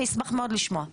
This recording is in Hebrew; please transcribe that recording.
אני אשמח לשמוע,